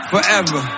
Forever